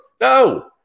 No